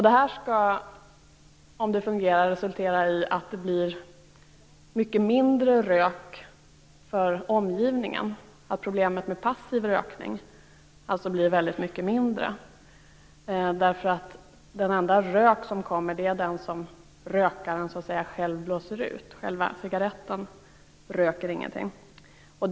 Detta skall, om det fungerar, resultera i att det blir mycket mindre rök för omgivningen. Problemet med passiv rökning blir alltså väldigt mycket mindre. Den enda rök som kommer är ju den som rökaren själv blåser ut. Själva cigaretten ryker inte.